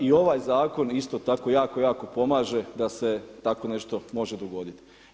I ovaj zakon isto tako, jako, jako pomaže da se tako nešto može dogoditi.